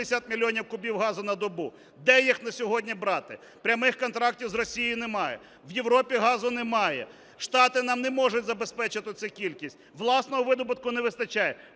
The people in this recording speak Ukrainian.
мільйонів кубів газу на добу. Де їх на сьогодні брати? Прямих контрактів з Росією немає. В Європі газу немає. Штати нам не можуть забезпечити цю кількість. Власного видобутку не вистачає.